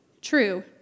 true